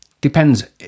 Depends